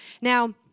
Now